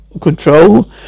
control